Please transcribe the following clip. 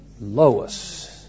Lois